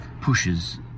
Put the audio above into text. pushes